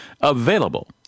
available